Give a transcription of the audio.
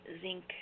zinc